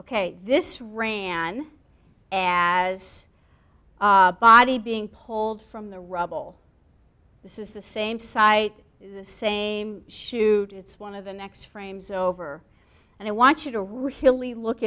ok this ran as a body being pulled from the rubble this is the same site the same chute it's one of the next frames over and i want you to really look